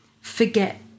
forget